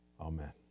Amen